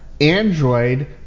Android